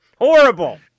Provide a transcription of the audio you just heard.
horrible